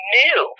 new